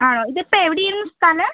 ആണോ ഇതിപ്പോൾ എവിടെയായിരുന്നു സ്ഥലം